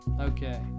Okay